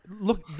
look